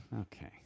Okay